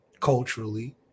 culturally